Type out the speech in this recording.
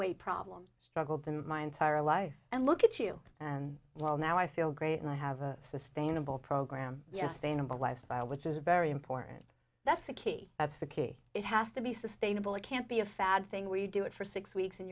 weight problem struggled to move my entire life and look at you and well now i feel great and i have a sustainable program just saying i'm a lifestyle which is very important that's the key that's the key it has to be sustainable it can't be a fad thing where you do it for six weeks and